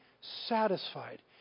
satisfied